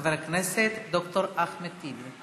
חבר הכנסת ד"ר אחמד טיבי.